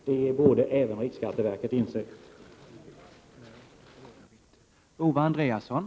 Det borde även riksskatteverket inse.